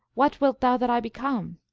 what wilt thou that i become?